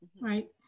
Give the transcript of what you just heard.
right